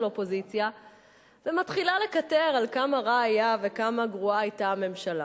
אופוזיציה ומתחילה לקטר על כמה רע היה וכמה גרועה היתה הממשלה.